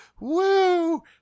woo